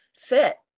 fit